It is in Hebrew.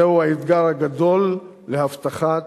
זהו האתגר הגדול להבטחת